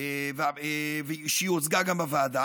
והיא הוצגה גם בוועדה.